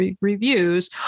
reviews